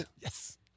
Yes